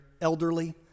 elderly